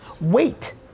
Wait